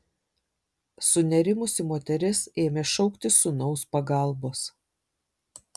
sunerimusi moteris ėmė šauktis sūnaus pagalbos